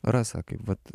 rasa kaip vat